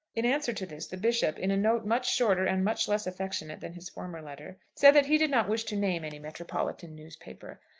in answer to this the bishop, in a note much shorter and much less affectionate than his former letter, said that he did not wish to name any metropolitan newspaper.